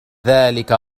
ذلك